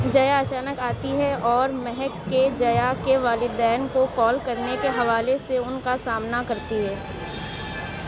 جیا اچانک آتی ہے اور مہک کے جیا کے والدین کو کال کرنے کے حوالے سے ان کا سامنا کرتی ہے